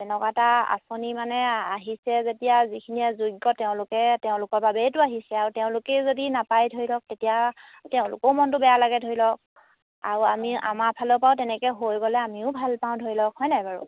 তেনেকুৱা এটা আঁচনি মানে আহিছে যেতিয়া যিখিনিয়ে যোগ্য তেওঁলোকে তেওঁলোকৰ বাবেইতো আহিছে আৰু তেওঁলোকেই যদি নাপায় ধৰি লওক তেতিয়া তেওঁলোকৰো মনটো বেয়া লাগে ধৰি লওক আৰু আমি আমাৰ ফালৰ পৰাও তেনেকৈ হৈ গ'লে আমিও ভাল পাওঁ ধৰি লওক হয় নাই বাৰু